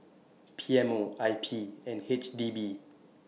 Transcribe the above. P M O I P and H D B